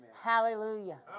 Hallelujah